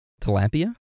Tilapia